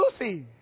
Lucy